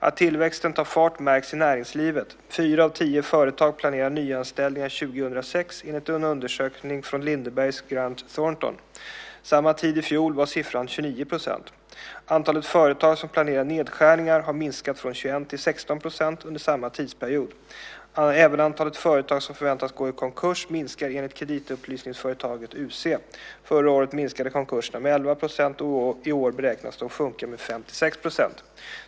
Att tillväxten tar fart märks i näringslivet. Fyra av tio företag planerar nyanställningar 2006, enligt en undersökning från Lindebergs Grant Thornton. Samma tid i fjol var siffran 29 %. Antalet företag som planerar nedskärningar har minskat från 21 till 16 % under samma tidsperiod. Även antalet företag som förväntas gå i konkurs minskar enligt kreditupplysningsföretaget UC. Förra året minskade konkurserna med 11 % och i år beräknas de sjunka med 5-6 %.